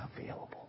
available